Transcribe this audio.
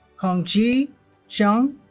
hongyi zheng